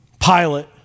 Pilate